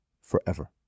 forever